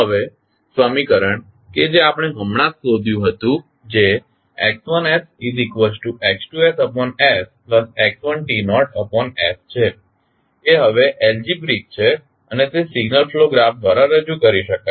હવે સમીકરણ કે જે આપણે હમણાં જ શોધ્યું હતું જે X1sX2sx1s છે એ હવે એલ્જિબ્રિઇક છે અને તે સિગ્નલ ફ્લો ગ્રાફ દ્વારા રજૂ કરી શકાય છે